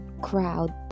crowd